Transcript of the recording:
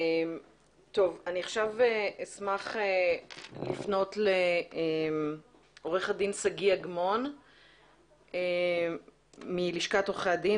אני עכשיו אשמח לפנות לעורך הדין שגיא אגמון מלשכת עורכי הדין.